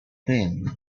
thin